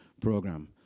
program